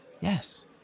Yes